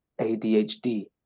ADHD